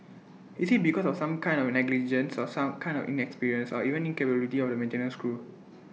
is IT because of some kind of negligence or some kind of inexperience or even incapability of the maintenance crew